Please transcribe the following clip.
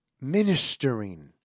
ministering